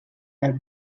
del